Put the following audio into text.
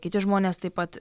kiti žmonės taip pat